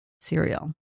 cereal